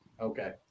Okay